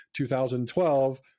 2012